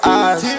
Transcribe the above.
eyes